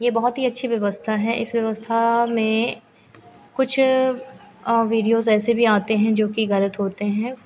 यह बहुत ही अच्छी व्यवस्था है इस व्यवस्था में कुछ वीडियोज़ ऐसे भी आते हैं जो कि गलत होते हैं